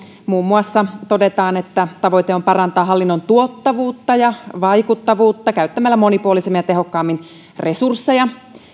muun muassa todetaan että tavoite on parantaa hallinnon tuottavuutta ja vaikuttavuutta käyttämällä monipuolisemmin ja tehokkaammin resursseja